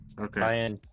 Okay